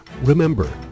Remember